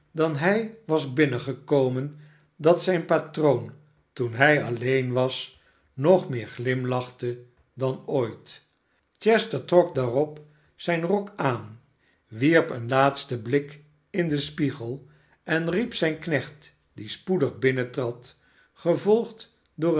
dan hij was binnengekomen dat zijn patroon toen hij alleen was nog meer glimlachte dan ooit chester trok daarop zijn rok aan wierp een laatsten blik in den spiegel en riep zijn knecht die spoedig binnentrad gevolgd door